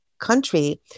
country